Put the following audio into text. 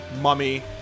mummy